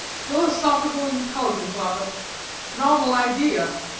philosophical intelligence office' novel idea!